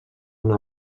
una